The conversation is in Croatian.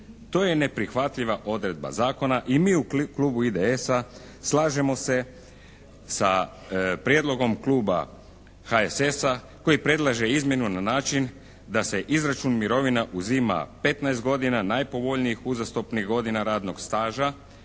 To je neprihvatljiva odredba zakona i mi u Klubu IDS-a slažemo se sa prijedlogom Kluba HSS-a koji predlaže izmjenu na način da se izračun mirovina uzima 15 godina najpovoljnijih uzastopnih godina radnog staža